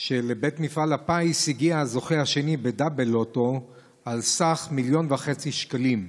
שלבית מפעל הפיס הגיע הזוכה השני בדאבל לוטו על סך מיליון וחצי שקלים.